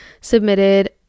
submitted